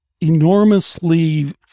enormously